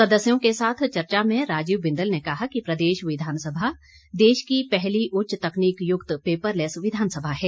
सदस्यों के साथ चर्चा में राजीव बिंदल ने कहा कि प्रदेश विधानसभा देश की पहली उच्च तकनीक युक्त पैपरलैस विधानसभा है